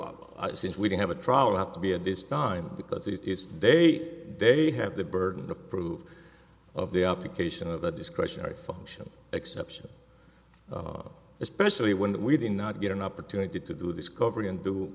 bob since we don't have a trial have to be at this time because it is they they have the burden of proof of the application of the discretionary function exception especially when we did not get an opportunity to do this coverage and do